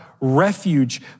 refuge